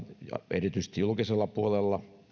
erityisesti julkisella puolella